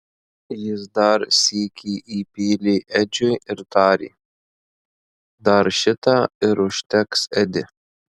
jis dar sykį įpylė edžiui ir tarė dar šitą ir užteks edi